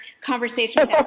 conversation